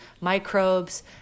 microbes